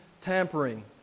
tampering